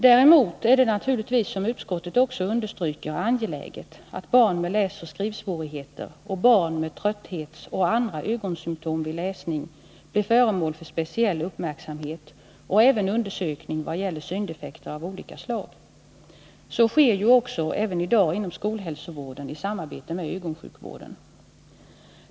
Däremot är det naturligtvis, som utskottet också understryker, angeläget att barn med läsoch skrivsvårigheter och barn med trötthetseller andra ögonsymtom vid läsning blir föremål för speciell uppmärksamhet och även undersökning vad gäller syndefekter av olika slag. Så sker ju också i dag inom skolhälsovården i samarbete med ögonsjukvården.